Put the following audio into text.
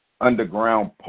Underground